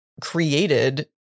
created